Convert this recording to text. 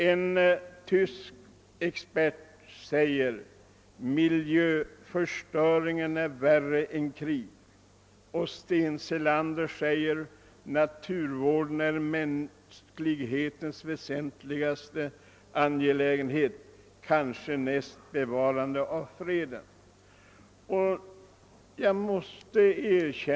En tysk expert säger att miljöförstöringen är värre än krig, och Sten Selander framhåller att naturvården kanske är mänsklighetens väsentligaste angelägenhet näst bevarande av freden.